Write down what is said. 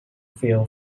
fuel